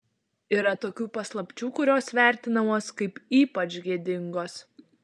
yra tokių paslapčių kurios vertinamos kaip ypač gėdingos